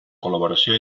col·laboració